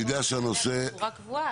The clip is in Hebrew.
זו שורה קבועה